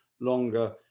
longer